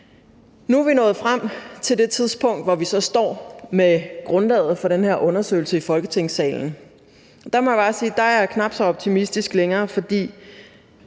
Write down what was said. Nu er vi nået frem til det tidspunkt, hvor vi står med grundlaget for den her undersøgelse i Folketingssalen. Der må jeg bare sige, at der er jeg knap så optimistisk længere, for